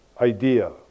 idea